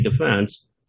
defense